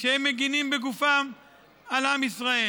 שהם מגינים בגופם על עם ישראל.